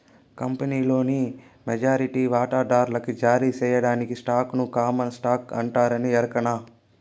కంపినీలోని మెజారిటీ వాటాదార్లకి జారీ సేయబడిన స్టాకుని కామన్ స్టాకు అంటారని ఎరకనా